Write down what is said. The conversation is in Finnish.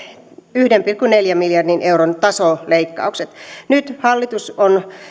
yhden pilkku neljän miljardin euron tasoleikkaukset nyt hallitus on